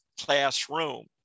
classroom